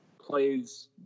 plays